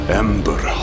ember